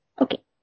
Okay